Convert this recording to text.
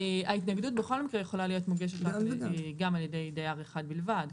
ההתנגדות בכל מקרה יכולה להיות מוגשת גם על ידי דייר אחד בלבד.